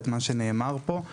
את מה שנאמר פה,